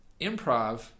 improv